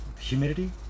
humidity